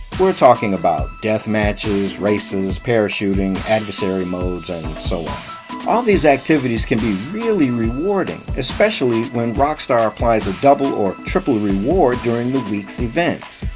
we're talking about deathmatches, races, parachuting, adversary modes and so on. all these activities can be really rewarding, especially when rockstar applies a double or triple reward during the week's events.